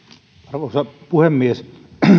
arvoisa puhemies